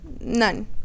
none